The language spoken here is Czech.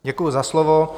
Děkuju za slovo.